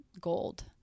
gold